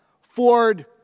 Ford